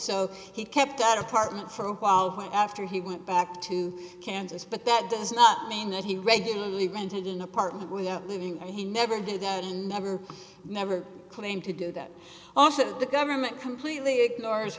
so he kept out apartment for a while when after he went back to kansas but that does not mean that he regularly rented an apartment without leaving and he never did that and never never claimed to do that also the government completely ignores